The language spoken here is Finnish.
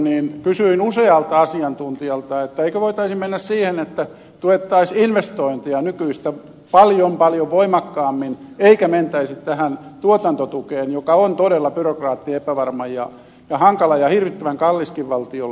kysyin usealta asiantuntijalta eikö voitaisi mennä siihen että tuettaisiin investointeja nykyistä paljon paljon voimakkaammin eikä mentäisi tähän tuotantotukeen joka on todella byrokraattinen epävarma ja hankala ja hirvittävän kalliskin valtiolle